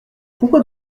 pourquoi